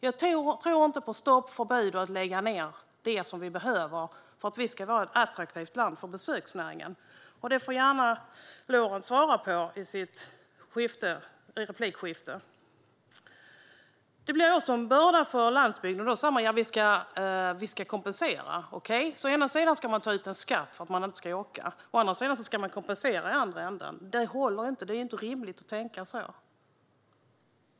Jag tror inte på stoppförbud och på att lägga ned det som vi behöver för att vi ska vara ett attraktivt land för besöksnäringen. Detta får Lorentz gärna svara på i sin replik. Det blir en börda för landsbygden, och då sa man att man ska kompensera. Okej. Å ena sidan ska man ta ut en skatt för att människor inte ska åka, och å andra sidan ska man kompensera i andra änden. Det håller inte. Det är inte rimligt att tänka så.